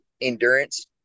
endurance